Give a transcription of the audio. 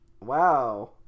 Wow